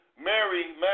Mary